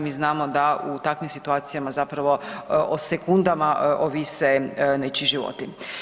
Mi znamo da u takvim situacijama zapravo o sekundama ovise nečiji životi.